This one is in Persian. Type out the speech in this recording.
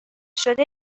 شده